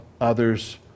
others